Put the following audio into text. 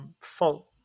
fault